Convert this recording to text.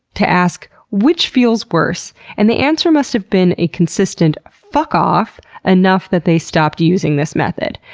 to ask which feels worse. and the answer must have been a consistent fuck off enough that they stopped using this method.